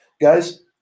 Guys